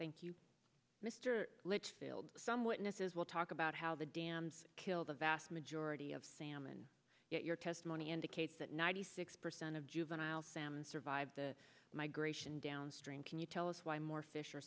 thank you mr let's build some witnesses will talk about how the dams kill the vast majority of salmon yet your testimony indicates that ninety six percent of juvenile salmon survived the migration downstream can you tell us why more fish are